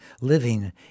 living